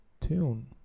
tune